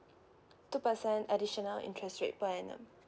two percent additional interest rate per annum